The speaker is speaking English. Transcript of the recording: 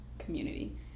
community